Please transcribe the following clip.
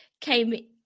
came